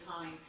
time